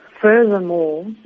Furthermore